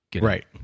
Right